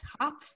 top